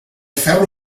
ferro